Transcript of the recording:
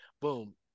boom